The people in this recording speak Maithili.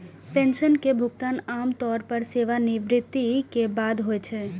पेंशन के भुगतान आम तौर पर सेवानिवृत्ति के बाद होइ छै